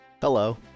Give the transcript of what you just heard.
Hello